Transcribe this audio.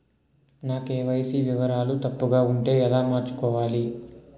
నా కే.వై.సీ వివరాలు తప్పుగా ఉంటే ఎలా మార్చుకోవాలి?